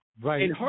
Right